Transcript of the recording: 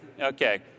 okay